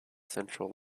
central